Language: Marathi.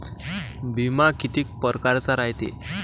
बिमा कितीक परकारचा रायते?